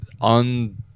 on